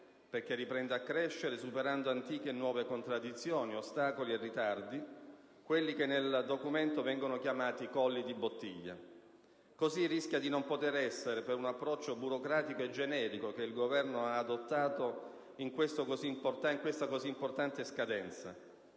Paese riprenda a crescere superando antiche e nuove contraddizioni, ostacoli e ritardi, quelli che nel documento vengono chiamati colli di bottiglia. Così rischia di non poter essere, per un approccio burocratico e generico che il Governo ha adottato in questa così importante scadenza,